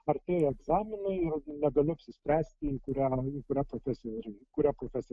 artėja egzaminai ir negaliau apsispręsti į kurią kurią profesiją kurią profesiją